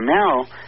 now